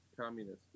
communist